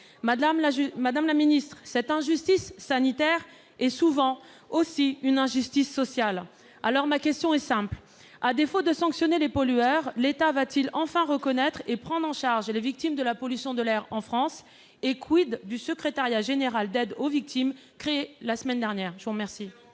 Madame la ministre, cette injustice sanitaire est souvent aussi une injustice sociale. Ma question est simple : à défaut de sanctionner les pollueurs, l'État va-t-il enfin reconnaître et prendre en charge les victimes de la pollution de l'air en France ?, par ailleurs, du secrétariat général à l'aide aux victimes créé la semaine dernière ? Excellente